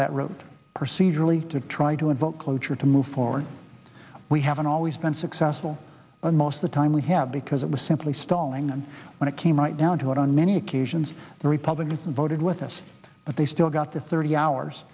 that route procedurally to try to invoke cloture to move forward we haven't always been successful and most the time we have because it was simply stalling and when it came right down to it on many occasions the republicans voted with us but they still got the thirty hours